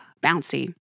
bouncy